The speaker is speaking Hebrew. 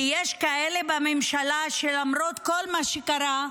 כי יש כאלה בממשלה שלמרות כל מה שקרה,